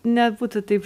nebūtų taip